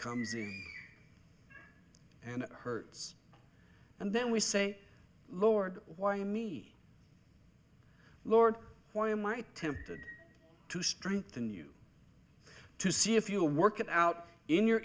comes and it hurts and then we say lord why me lord why am i tempted to strengthen you to see if you work it out in your